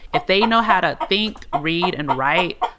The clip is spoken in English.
if they know how to think, read and write,